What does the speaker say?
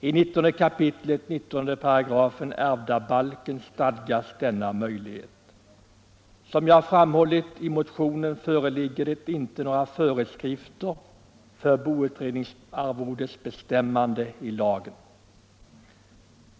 I 19 kap. 19 § ärvdabalken stadgas denna möjlighet. Som jag framhållit i min motion föreligger det inte i lagen några föreskrifter för boutredningsarvodets bestämmande.